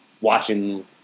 watching